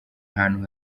ahantu